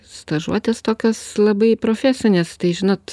stažuotės tokios labai profesinės tai žinot